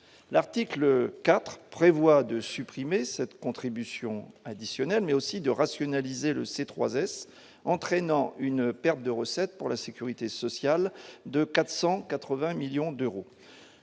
l'article 4 prévoit de supprimer cette contribution additionnelle mais aussi de rationaliser le c'est 3 S, entraînant une perte de recettes pour la sécurité sociale de 480 millions d'euros